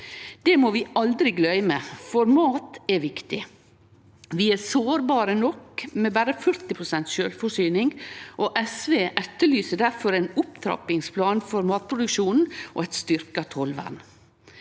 Det må vi aldri gløyme, for mat er viktig. Vi er sårbare nok med berre 40 pst. sjølvforsyning, og SV etterlyser difor ein opptrappingsplan for matproduksjonen og eit styrkt tollvern.